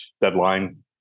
deadline